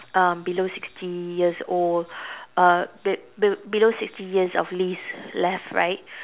um below sixty years old uh be~ be~ below sixty years of lease left right